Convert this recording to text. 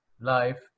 life